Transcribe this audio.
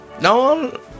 No